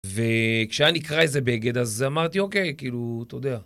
וכשהיה נקרע איזה בגד, אז אמרתי, אוקיי, כאילו, אתה יודע...